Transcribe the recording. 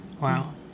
Wow